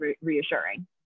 reassuring